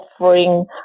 offering